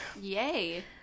yay